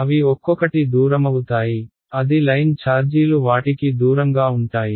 అవి ఒక్కొకటి దూరమవుతాయి అది లైన్ ఛార్జీలు వాటికి దూరంగా ఉంటాయి